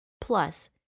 Plus